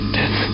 Death